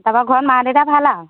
তাৰপৰা ঘৰত মা দেউতাৰ ভাল আৰু